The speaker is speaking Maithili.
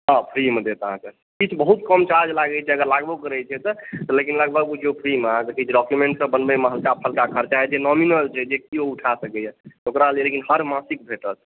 फ्रीमे देत अहाँकेॅं किछु बहुत कम चार्ज लागै छै अगर लागबो करै छै तऽ लेकिन लगभग बुझियो फ़्रीमे अहाँके किछु डॉक्युमेंटसभ बनबयमे हल्का फुलका खरचा होइ छै नॉमिनल जे केओ उठा सकैया ओकरा लय लेकिन हर मासिक भेटत